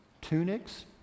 tunics